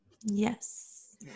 Yes